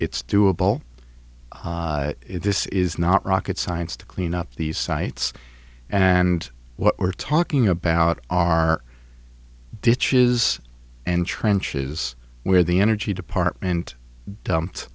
it's doable this is not rocket science to clean up these sites and what we're talking about are ditches and trenches where the energy department dumped